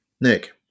Nick